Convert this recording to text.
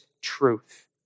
truth